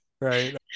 right